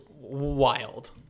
wild